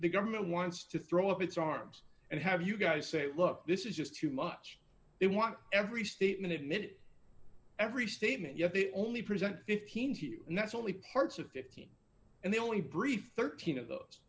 the government wants to throw up its arms and have you guys say look this is just too much they want every statement admit every statement you have it only present fifteen here and that's only parts of fifteen and they only brief thirteen of those